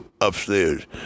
upstairs